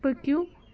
پٔکِو